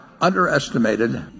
underestimated